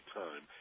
time